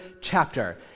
chapter